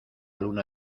luna